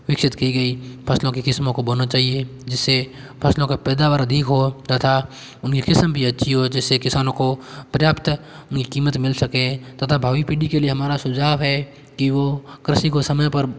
विकसित की गई फ़सलों की किस्मो को बोना चाहिए जिससे फ़सलों का पैदावार अधिक हो तथा उनकी किस्म भी अच्छी हो जिससे किसानों को पर्याप्त कीमत मिल सके तथा भावी पीढ़ी के लिए हमारा सुझाव है कि वो कृषि को समय पर